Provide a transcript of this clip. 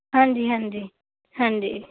ਹਾਂਜੀ ਹਾਂਜੀ ਹਾਂਜੀ